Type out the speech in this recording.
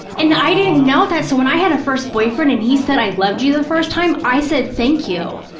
and i didn't know that, so when i had a first boyfriend and he said, i love you, the first time, i said thank you.